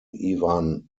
ivan